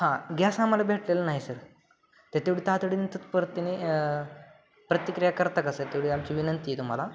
हां गॅस आम्हाला भेटलेलं नाही सर तेवढी तातडीने तत्परतेने प्रतिक्रिया करता का सर तेवढी आमची विनंती आहे तुम्हाला